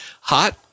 hot